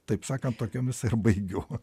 taip sakant tokiomis ar baigiu